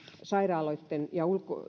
sairaaloitten ja